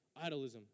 idolism